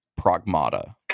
Pragmata